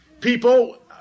People